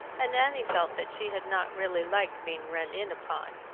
and annie felt that she had not really liked being run in upon.